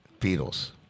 Beatles